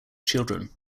children